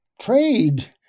trade